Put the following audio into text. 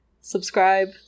subscribe